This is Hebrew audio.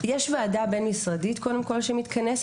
קודם כול, יש ועדה בין משרדית שמתכנסת.